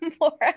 more